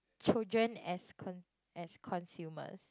children as con~ as consumers